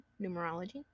numerology